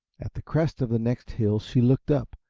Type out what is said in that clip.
at the crest of the next hill she looked up,